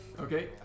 Okay